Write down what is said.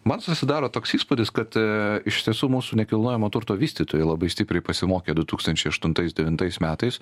man susidaro toks įspūdis kad iš tiesų mūsų nekilnojamo turto vystytojai labai stipriai pasimokė du tūkstančiai aštuntais devintais metais